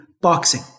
boxing